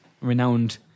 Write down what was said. renowned